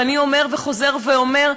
ואני אומר וחוזר ואומר,